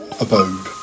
abode